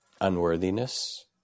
Unworthiness